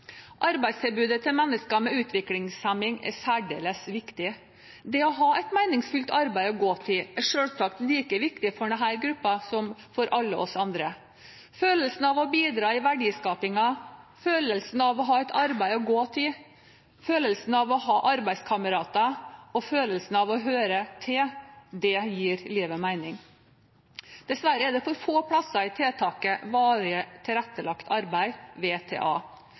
Arbeidstilbudet til mennesker med utviklingshemning er særdeles viktig. Det å ha et meningsfullt arbeid å gå til er selvsagt like viktig for denne gruppen som for alle oss andre. Følelsen av å bidra i verdiskapingen, følelsen av å ha et arbeid å gå til, følelsen av å ha arbeidskamerater og følelsen av å høre til gir livet mening. Dessverre er det for få plasser i tiltaket Varig tilrettelagt arbeid, VTA.